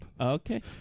Okay